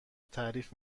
تعریف